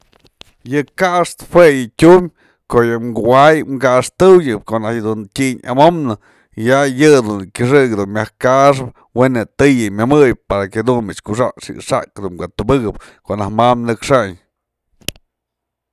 yë kaxtë jue yë tyumbyë ko'o yë kuay kaxtëyëb ko'o najtyë dun tyñ amomnë ya yëdun kyëxëk myaj kaxëp we'en je'e tëyë myëmëy para que jadun mich kuxak xikxak dun ka tubëkëp ko'o najk ma nëkxayn.